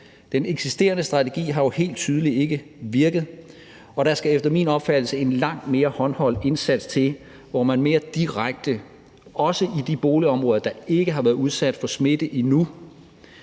Den eksisterende strategi har jo helt tydeligt ikke virket, og der skal efter min opfattelse en langt mere håndholdt indsats til, hvor man mere direkte, også i de boligområder, der ikke har været udsat for smitte endnu,